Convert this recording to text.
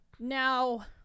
now